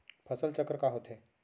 फसल चक्र का होथे?